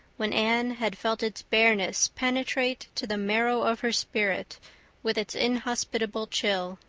when anne had felt its bareness penetrate to the marrow of her spirit with its inhospitable chill.